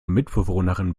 mitbewohnerin